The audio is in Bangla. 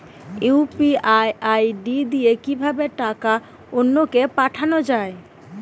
ইউ.পি.আই আই.ডি দিয়ে কিভাবে টাকা অন্য কে পাঠানো যায়?